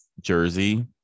Jersey